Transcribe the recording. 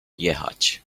jechać